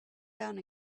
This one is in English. down